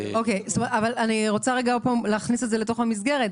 אני רוצה עוד פעם להכניס את זה לתוך המסגרת.